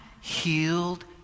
healed